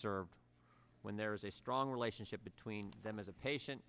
served when there is a strong relationship between them as a patient